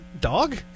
Dog